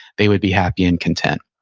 they would be happy and content.